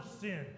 sin